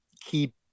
keep